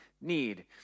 need